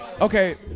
Okay